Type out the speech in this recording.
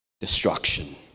Destruction